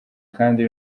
kandi